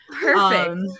perfect